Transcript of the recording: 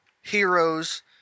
heroes